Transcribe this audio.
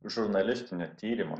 žurnalistinio tyrimo